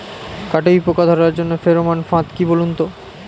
কাটুই পোকা ধরার জন্য ফেরোমন ফাদ কি বলুন তো?